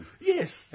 Yes